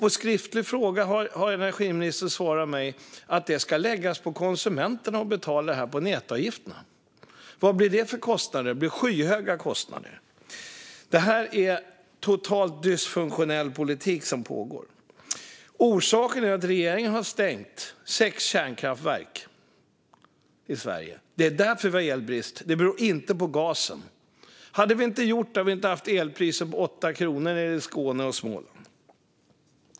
På en skriftlig fråga från mig har energiministern svarat att konsumenterna ska betala för detta via nätavgifterna. Vad blir det för kostnader? Det blir skyhöga kostnader. Det är en helt dysfunktionell politik som pågår. Orsaken är att regeringen har stängt sex kärnkraftverk i Sverige. Det är därför som vi har elbrist. Det beror inte på gasen. Hade vi inte stängt dessa kärnkraftverk hade vi inte haft elpriser på 8 kronor per kilowattimme i Skåne och Småland.